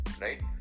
right